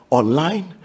online